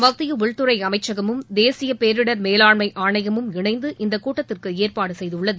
மத்திய உள்துறை அமைச்சகமும் தேசிய பேரிடர் மேலாண்மை ஆணையமும் இணைந்து இக்கூட்டத்திற்கு ஏற்பாடு செய்துள்ளது